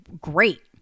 great